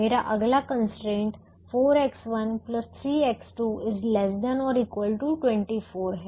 मेरा अगला constraint 4X1 3X2 ≤ 24 है